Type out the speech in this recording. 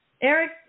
eric